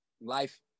life